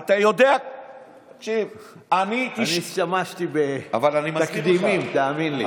אתה יודע שאני, אני השתמשתי בתקדימים, תאמין לי.